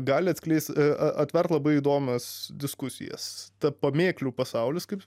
gali atskleist atverti labai įdomias diskusijas pamėklių pasaulis kaip